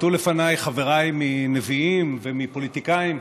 ציטטו לפניי חבריי מנביאים ומפוליטיקאים.